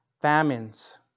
famines